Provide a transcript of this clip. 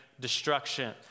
Destruction